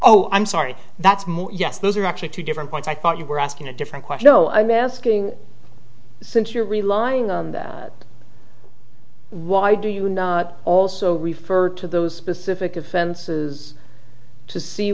oh i'm sorry that's more yes those are actually two different points i thought you were asking a different question no i'm asking since you're relying on the why do you not also referred to those specific offenses to see